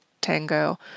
tango